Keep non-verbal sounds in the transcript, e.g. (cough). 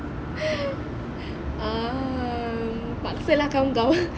(laughs) um paksa lah kawan kau